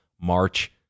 March